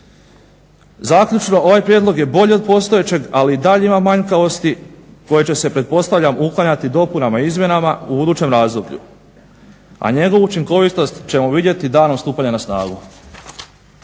Zaključno. Ovaj prijedlog je bolji od postojećeg ali i dalje ima manjkavosti koje će se pretpostavljam uklanjati dopunama i izmjenama u budućem razdoblju, a njegovu učinkovitost ćemo vidjeti danom stupanja na snagu.